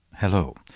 Hello